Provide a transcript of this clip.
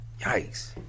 Yikes